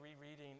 rereading